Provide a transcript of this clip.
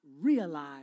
realize